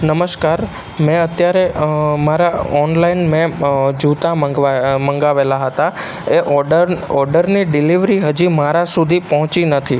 નમસ્કાર મેં અત્યારે મારા ઓનલાઈન મેં જૂતાં મંગાવેલા હતાં એ ઓડર ઓર્ડરની ડિલવરી હજી મારા સુધી પહોંચી નથી